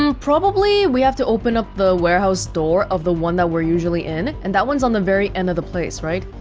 um probably, we have to open up the warehouse door of the one that we're usually in, and that one's on the very end of the place, right?